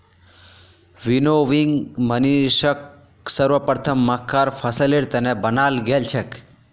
winnowing मशीनक सर्वप्रथम मक्कार फसलेर त न बनाल गेल छेक